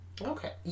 okay